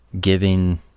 giving